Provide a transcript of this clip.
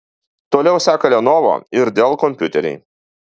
toliau seka lenovo ir dell kompiuteriai